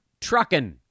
trucking